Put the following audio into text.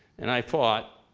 and i thought,